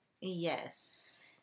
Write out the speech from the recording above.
Yes